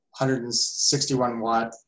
161-watt